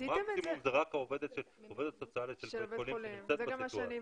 מקסימום זאת רק העובדת הסוציאלית של בית חולים שנמצאת בסיטואציה.